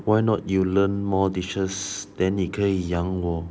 why not you learn more dishes then 你可以养我